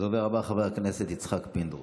הדובר הבא, חבר הכנסת יצחק פינדרוס,